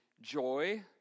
joy